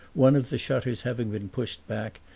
one of the shutters having been pushed back,